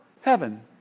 heaven